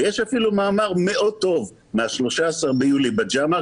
ויש אפילו מאמר מאוד טוב מה-13 ביולי ב-JAMA,